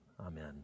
Amen